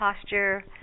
posture